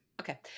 Okay